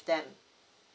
them